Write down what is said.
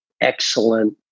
excellent